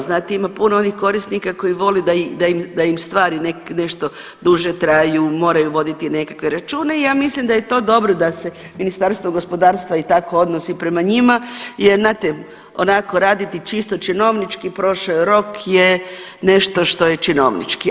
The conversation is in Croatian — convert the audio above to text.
Znate ima puno onih korisnika koji voli da im stvari nešto duže traju, moraju voditi nekakve račune i ja mislim da je to dobro da se Ministarstvo gospodarstva i tako odnosi prema njima jer znate onako raditi čisto činovnički, prošao je rok je nešto što je činovnički.